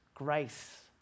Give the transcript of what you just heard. grace